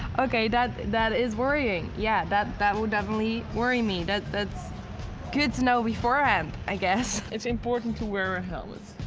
ok, that that is worrying. yeah, that that will definitely worry me. that's. good to know beforehand, i guess. it's important to wear a helmet.